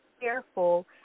careful